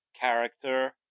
character